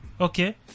Okay